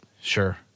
Sure